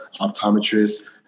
optometrists